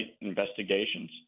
investigations